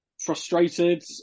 Frustrated